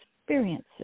Experiences